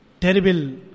terrible